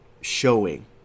showing